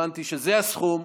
הבנתי שזה הסכום,